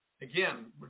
Again